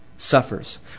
Suffers